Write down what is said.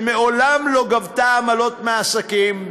שמעולם לא גבתה עמלות מעסקים,